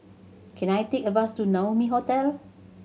can I take a bus to Naumi Hotel